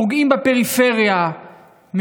פוגעים בפריפריה,